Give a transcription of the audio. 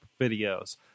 videos